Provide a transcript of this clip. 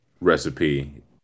recipe